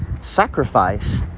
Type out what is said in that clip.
sacrifice